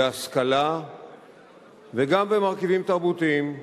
בהשכלה וגם במרכיבים תרבותיים,